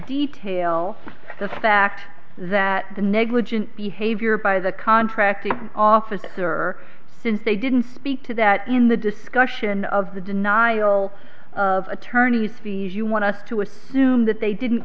detail the fact that the negligent behavior by the contracting officer since they didn't speak to that in the discussion of the denial of attorney fees you want us to assume that they didn't